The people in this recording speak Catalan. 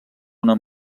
una